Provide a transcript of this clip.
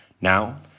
Now